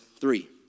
three